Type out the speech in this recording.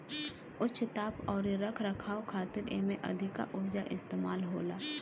उच्च ताप अउरी रख रखाव खातिर एमे अधिका उर्जा इस्तेमाल होला